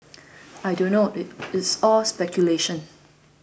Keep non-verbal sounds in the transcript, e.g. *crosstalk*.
I don't know *unintelligible* it's all speculation